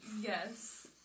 Yes